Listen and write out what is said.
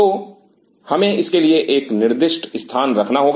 दो हमें इसके लिए एक निर्दिष्ट स्थान रखना होगा